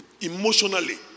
emotionally